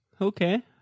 Okay